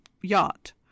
yacht